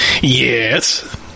yes